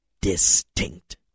Distinct